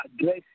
address